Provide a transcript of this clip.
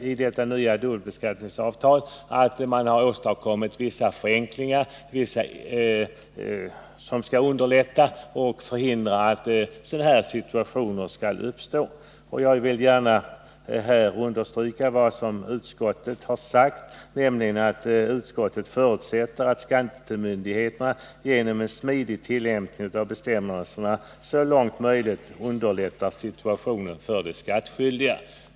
I det nya dubbelbeskattningsavtalet har man ändå åstadkommit vissa förenklingar, som skall underlätta tillämpningen och förhindra att en liknande situation uppstår. Jag vill gärna här understryka vad utskottet har sagt, nämligen att utskottet ”förutsätter att skattemyndigheterna genom en smidig tillämpning av bestämmelserna så långt det är möjligt underlättar situationen för de skattskyldiga”.